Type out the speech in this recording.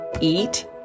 eat